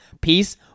peace